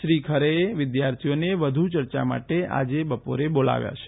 શ્રી ખરેએ વિદ્યાર્થીઓને વધુ ચર્ચા માટે આજે બપોરે બોલાવ્યા છે